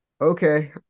okay